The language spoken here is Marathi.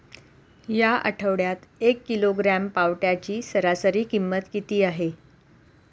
या आठवड्यात एक किलोग्रॅम पावट्याची सरासरी किंमत किती आहे?